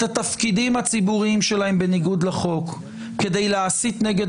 התפקידים הציבוריים שלהם בניגוד לחוק כדי להסית נגד